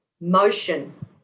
motion